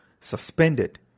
suspended